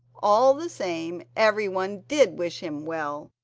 all the same, everyone did wish him well,